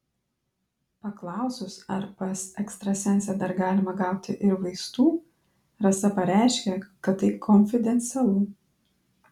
paklausus ar pas ekstrasensę dar galima gauti ir vaistų rasa pareiškė kad tai konfidencialu